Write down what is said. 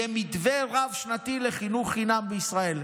יהיה מתווה רב-שנתי לחינוך חינם בישראל.